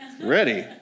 ready